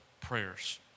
prayers